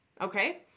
Okay